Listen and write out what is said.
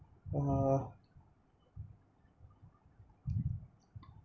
!wah!